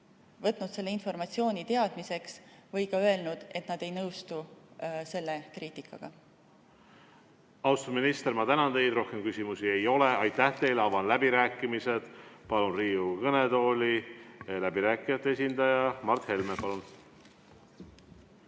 võtnud selle informatsiooni teadmiseks või ka öelnud, et nad ei nõustu selle kriitikaga. Austatud minister, ma tänan teid! Rohkem teile küsimusi ei ole. Aitäh teile! Avan läbirääkimised. Palun Riigikogu kõnetooli läbirääkijate esindaja Mart Helme.